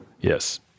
Yes